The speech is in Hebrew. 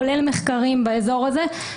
כולל מחקרים באזור הזה.